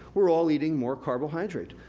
we're all eating more carbohydrate.